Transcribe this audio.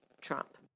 Trump